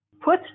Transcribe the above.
put